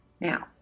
Now